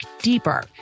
deeper